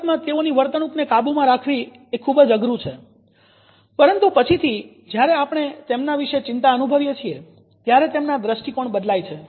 શરૂઆતમાં તેઓની વર્તણુકને કાબુમાં રાખવી ખુબ જ અઘરું છે પરંતુ પછીથી જ્યારે આપણે તેમના વિશે ચિંતા અનુભવીએ છીએ ત્યારે તેમના દ્રષ્ટિકોણ બદલાય છે